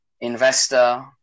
investor